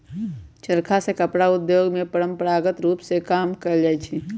चरखा से कपड़ा उद्योग में परंपरागत रूप में काम कएल जाइ छै